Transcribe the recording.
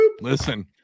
Listen